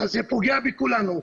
אז זה פוגע בכולנו.